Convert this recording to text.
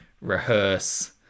rehearse